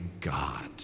God